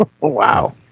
wow